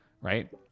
right